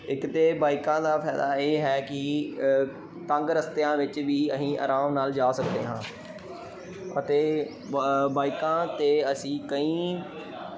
ਇੱਕ ਤਾਂ ਬਾਈਕਾਂ ਦਾ ਫਾਇਦਾ ਇਹ ਹੈ ਕਿ ਤੰਗ ਰਸਤਿਆਂ ਵਿੱਚ ਵੀ ਅਸੀਂ ਆਰਾਮ ਨਾਲ ਜਾ ਸਕਦੇ ਹਾਂ ਅਤੇ ਬਾ ਬਾਈਕਾਂ 'ਤੇ ਅਸੀਂ ਕਈ